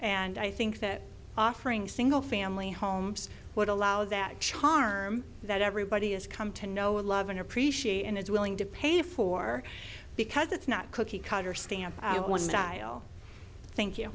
and i think that offering single family homes would allow that charm that everybody has come to know love and appreciate and is willing to pay for because it's not cookie cutter stamp one style thank you